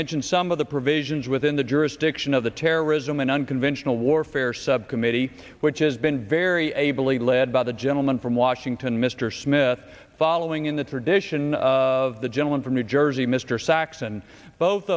mention some of the provisions within the jurisdiction of the terrorism and unconventional warfare subcommittee which has been very ably led by the gentleman from washington mr smith following in the tradition of the gentleman from new jersey mr s